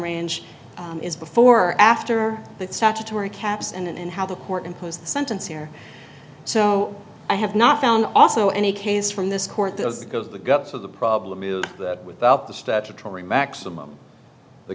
range is before or after that statutory caps and how the court imposed sentence here so i have not found also any case from this court those because the guts of the problem is that without the statutory maximum the